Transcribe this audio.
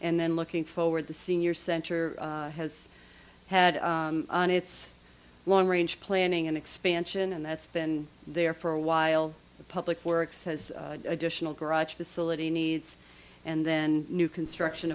and then looking forward the senior center has had on its long range planning and expansion and that's been there for a while the public works has additional garage facility needs and then new construction